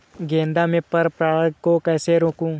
गेंदा में पर परागन को कैसे रोकुं?